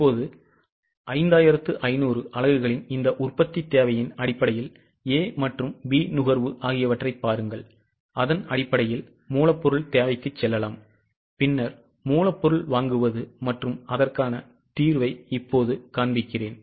இப்போது 5500 அலகுகளின் இந்த உற்பத்தித் தேவையின் அடிப்படையில் A மற்றும் B நுகர்வு ஆகியவற்றைப் பாருங்கள் அதன் அடிப்படையில் மூலப்பொருள் தேவைக்கு செல்லலாம் பின்னர் மூலப்பொருள் வாங்குவது மற்றும் அதற்கான தீர்வை இப்போது காண்பிப்பேன்